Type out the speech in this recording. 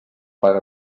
paga